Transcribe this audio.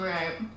Right